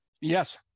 yes